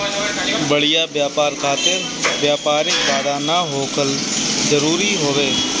बढ़िया व्यापार खातिर व्यापारिक बाधा ना होखल जरुरी हवे